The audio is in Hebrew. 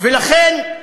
ולכן,